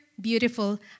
beautiful